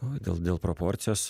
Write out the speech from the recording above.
o gal dėl dėl proporcijos